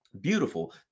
Beautiful